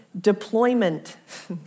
deployment